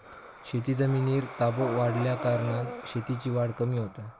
शेतजमिनीर ताबो वाढल्याकारणान शेतीची वाढ कमी होता